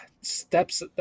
steps